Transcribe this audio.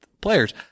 players